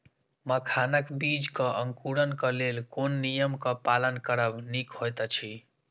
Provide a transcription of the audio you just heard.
मखानक बीज़ क अंकुरन क लेल कोन नियम क पालन करब निक होयत अछि?